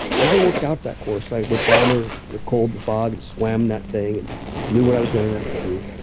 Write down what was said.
and i worked out that course i went down there, the cold, the fog, and swam that thing, and knew what i was going to have to do.